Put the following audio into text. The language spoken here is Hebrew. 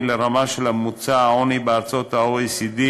לרמה של ממוצע העוני בארצות ה-OECD,